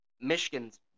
Michigan's